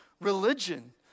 religion